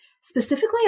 specifically